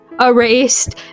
erased